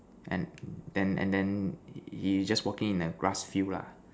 and then and then he just walking in the grass field lah